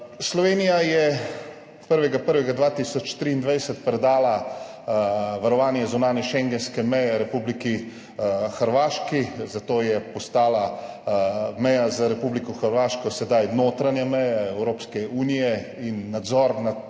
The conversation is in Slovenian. Slovenija je 1. 1. 2023 predala varovanje zunanje schengenske meje Republiki Hrvaški, zato je postala meja z Republiko Hrvaško sedaj notranja meje Evropske unije in nadzor na tej